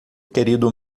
querido